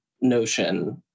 notion